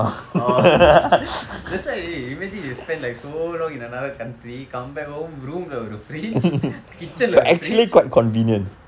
oh that's why already imagine you spend like so long in another country come back home room இல்ல ஒரு:illa oru fridge kitchen இல்ல ஒரு:illa oru fridge